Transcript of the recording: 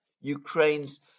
Ukraine's